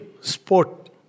sport